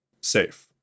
safe